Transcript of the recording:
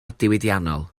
diwydiannol